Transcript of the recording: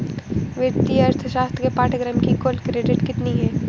वित्तीय अर्थशास्त्र के पाठ्यक्रम की कुल क्रेडिट कितनी है?